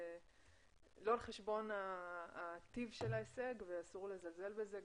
על חשבון טיב ההישג ואסור לזלזל בזה.